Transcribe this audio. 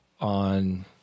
on